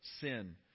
sin